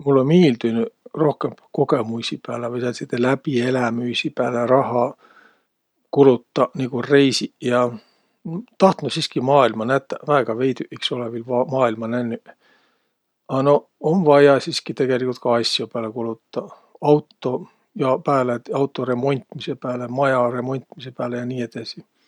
Mullõ miildünüq rohkõmb kogõmuisi pääle vai sääntside läbielämüisi pääle rahha kulutaq, nigu reisiq ja. Tahtnuq siski maailma nätäq. Väega veidüq iks olõ viil maailma nännüq. A noq um vaia siski tegeligult ka asjo pääle ka kulutaq. Autoq ja pääle, auto remontmisõ pääle maja remontmisõ pääle ja nii edesi.